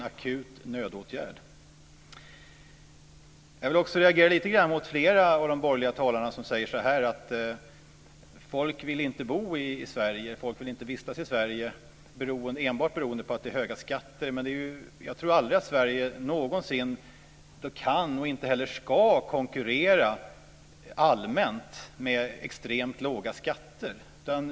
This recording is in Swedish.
Jag reagerar också lite grann mot flera av de borgerliga talarna som säger att folk inte vill vistas i Sverige enbart beroende på att skatterna är höga. Jag tror inte att Sverige någonsin vare sig kan eller ska konkurrera med extremt låga skatter.